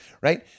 Right